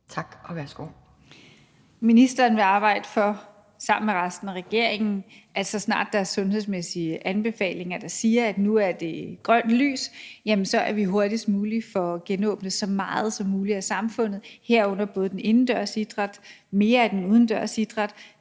Mogensen): Ministeren vil sammen med resten af regeringen arbejde for, at vi, så snart der er sundhedsmæssige anbefalinger, der siger, at nu gives der grønt lys, hurtigst muligt får genåbnet så meget som muligt af samfundet, herunder både den indendørs idræt, mere af den udendørs idræt,